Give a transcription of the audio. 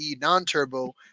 non-turbo